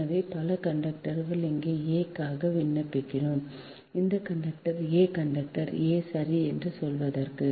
எனவே பல கண்டக்டர்கள் இங்கே a க்காக விண்ணப்பிக்கிறோம் இந்த கண்டக்டர் 'a ' கண்டக்டர் 'a ' சரி என்று சொல்வதற்கு